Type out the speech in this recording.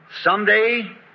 Someday—